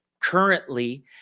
currently